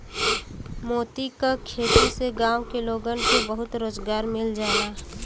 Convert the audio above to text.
मोती क खेती से गांव के लोगन के बहुते रोजगार मिल जाला